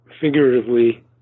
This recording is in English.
figuratively